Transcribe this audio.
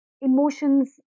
emotions